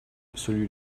celui